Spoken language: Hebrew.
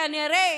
כנראה.